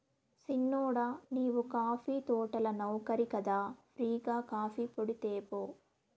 సిన్నోడా నీవు కాఫీ తోటల నౌకరి కదా ఫ్రీ గా కాఫీపొడి తేపో